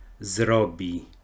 zrobi